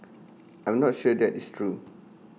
I'm not sure that is true